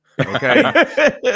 Okay